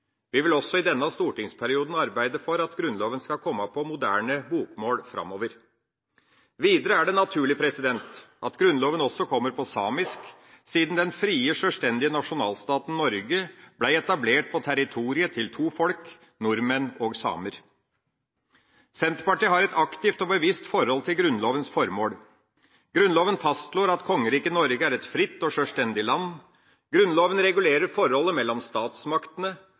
Vi vil også i denne stortingsperioden arbeide for at Grunnloven skal komme på moderne bokmål framover. Videre er det naturlig at Grunnloven også kommer på samisk, siden den frie, sjølstendige nasjonalstaten Norge ble etablert på territoriet til to folk: nordmenn og samer. Senterpartiet har et aktivt og bevisst forhold til Grunnlovens formål. Grunnloven fastslår at Kongeriket Norge er et fritt og sjølstendig land. Grunnloven regulerer forholdet mellom statsmaktene;